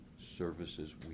services